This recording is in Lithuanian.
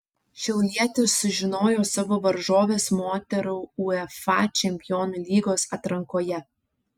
šiaulietės sužinojo savo varžoves moterų uefa čempionų lygos atrankoje